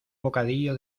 bocadillo